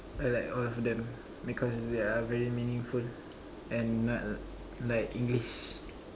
I like all of them because they are very meaningful and not like English